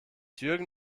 jürgen